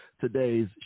today's